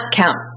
count